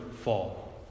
fall